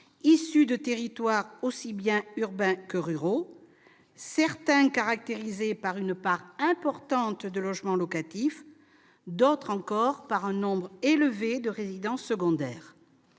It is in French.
issues de territoires aussi bien urbains que ruraux, dont certains se caractérisent par une part importante de logements locatifs, tandis que d'autres accueillent un nombre élevé de résidences secondaires.